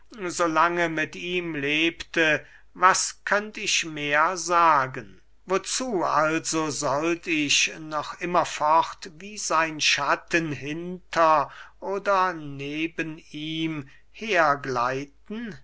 lange mit ihm lebte was könnt ich mehr sagen wozu also sollt ich noch immerfort wie sein schatten hinter oder neben ihm her gleiten